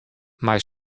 mei